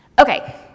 Okay